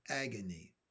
agony